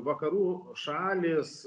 vakarų šalys